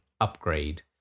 upgrade